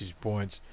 points